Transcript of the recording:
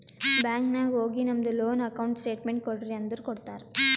bank ನಾಗ್ ಹೋಗಿ ನಮ್ದು ಲೋನ್ ಅಕೌಂಟ್ ಸ್ಟೇಟ್ಮೆಂಟ್ ಕೋಡ್ರಿ ಅಂದುರ್ ಕೊಡ್ತಾರ್